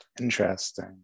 Interesting